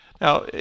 Now